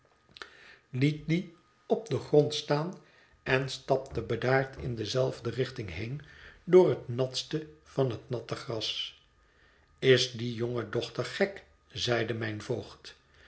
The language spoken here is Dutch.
liet die op den grond staan en stapte bedaard in dezelfde richting heen door het natste van het natte gras is die jonge dochter gek zeide mijn voogd